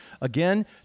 Again